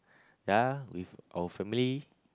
ya with our family